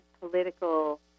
political